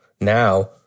now